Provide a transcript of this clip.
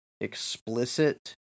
explicit